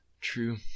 True